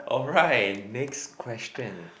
alright next question